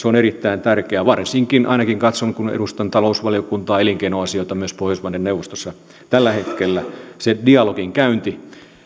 on erittäin tärkeää varsinkin ainakin katson kun edustan talousvaliokuntaa elinkeinoasioita myös pohjoismaiden neuvostossa tällä hetkellä se dialogin käynti